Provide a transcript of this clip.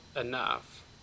enough